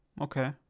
Okay